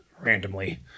randomly